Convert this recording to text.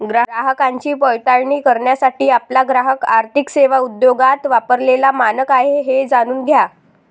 ग्राहकांची पडताळणी करण्यासाठी आपला ग्राहक आर्थिक सेवा उद्योगात वापरलेला मानक आहे हे जाणून घ्या